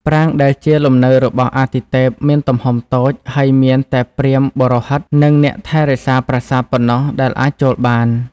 ប្រាង្គដែលជាលំនៅរបស់អាទិទេពមានទំហំតូច ហើយមានតែព្រាហ្មណ៍បុរោហិត និងអ្នកថែរក្សាប្រាសាទប៉ុណ្ណោះដែលអាចចូលបាន។